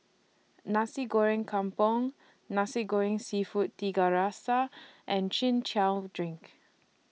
Nasi Goreng Kampung Nasi Goreng Seafood Tiga Rasa and Chin Chow Drink